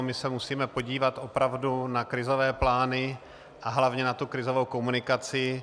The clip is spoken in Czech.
My se musíme podívat opravdu na krizové plány a hlavně na krizovou komunikaci.